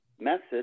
message